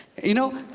you know?